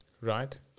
right